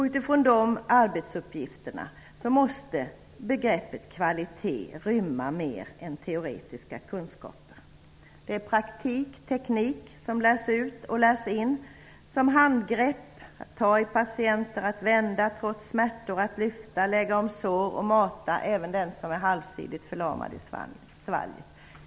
Utifrån de arbetsuppgifterna måste begreppet kvalitet rymma mer än teoretiska kunskaper. Det är praktik och teknik som lärs ut och lärs in. Det är handgrepp -- att ta i patienter, att vända trots smärtor, att lyfta, lägga om sår och mata även den som är halvsidigt förlamad i svalget.